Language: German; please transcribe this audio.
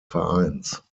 vereins